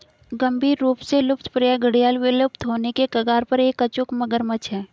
गंभीर रूप से लुप्तप्राय घड़ियाल विलुप्त होने के कगार पर एक अचूक मगरमच्छ है